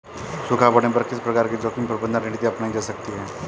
सूखा पड़ने पर किस प्रकार की जोखिम प्रबंधन रणनीति अपनाई जा सकती है?